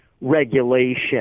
regulation